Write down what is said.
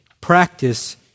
practice